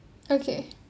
okay